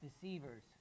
deceivers